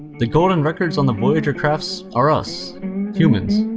the golden records on the voyager crafts are us humans.